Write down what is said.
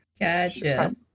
Gotcha